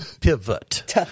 Pivot